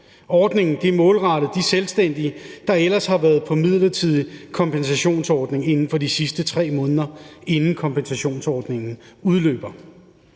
Ordningen er målrettet de selvstændige, der ellers har været på en midlertidig kompensationsordning inden for de sidste 3 måneder, inden kompensationsordningen udløber.